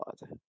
god